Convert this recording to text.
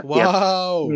Wow